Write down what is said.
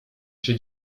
się